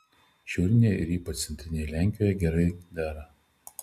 šiaurinėje ir ypač centrinėje lenkijoje gerai dera